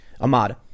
Ahmad